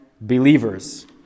believers